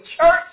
church